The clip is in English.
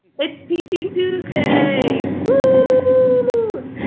it's teaching tuesday, woo!